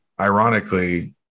ironically